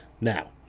now